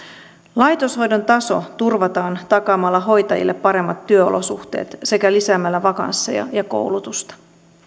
laitoshoidon taso turvataan takaamalla hoitajille paremmat työolosuhteet sekä lisäämällä vakansseja ja koulutusta